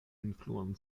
influon